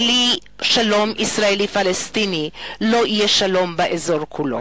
בלי שלום ישראלי פלסטיני לא יהיה שלום באזור כולו.